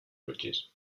bridges